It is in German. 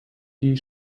die